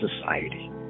society